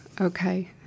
Okay